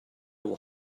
will